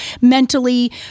mentally